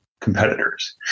competitors